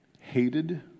hated